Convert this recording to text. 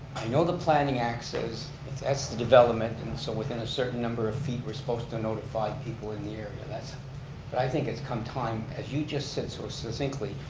i know the planning access if that's the development and so within a certain number of feet we're supposed to notify people in the area but i think it's come time as you just said so succinctly,